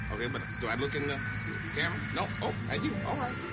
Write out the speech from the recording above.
okay, but do i look in the camera? no? oh, at you? all right.